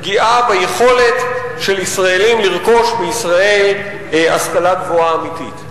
פגיעה ביכולת של ישראלים לרכוש בישראל השכלה גבוהה אמיתית.